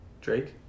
Drake